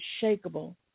unshakable